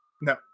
no